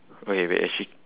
okay wait actually